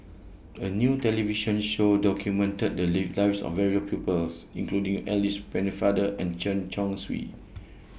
A New television Show documented The Lives of various peoples including Alice Pennefather and Chen Chong Swee